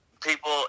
people